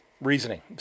reasoning